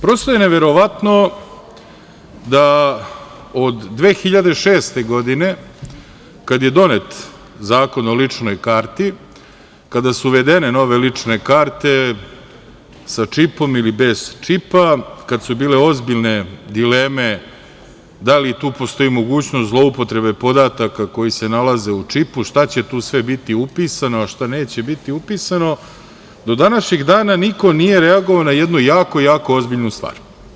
Prosto je neverovatno da od 2006. godine, kad je donet Zakon o ličnoj karti, kada su uvedene nove lične karte sa čipom ili bez čipa, kad su bile ozbiljne dileme da li tu postoji mogućnost zloupotrebe podataka koji se nalaze u čipu, šta će tu sve biti upisano, a šta neće biti upisano, do današnjih dana niko nije reagovao na jednu jako ozbiljnu stvar.